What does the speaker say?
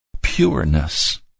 pureness